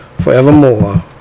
forevermore